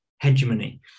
hegemony